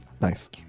Nice